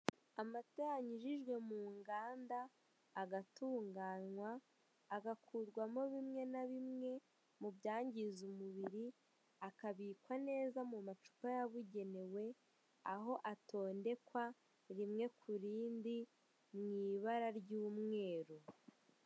Amata yanyujijwe mu nganda, agatunganywa, agakurwamo bimwe na bimwe mu byangiza umubiri, akabikwa neza mu macupa yabugenewe, aho atondekwa rimwe ku rindi mu ibara ry'umweru.